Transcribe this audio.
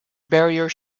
barrier